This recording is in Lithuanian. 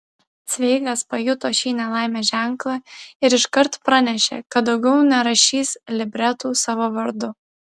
cveigas pajuto šį nelaimės ženklą ir iškart pranešė kad daugiau nerašys libretų savo vardu